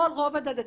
על כל הרובד הדתי.